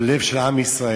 בלב של עם ישראל.